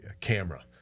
camera